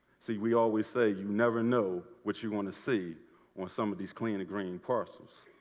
see, we always say you never know what you're going to see on some of these clean and green parcels.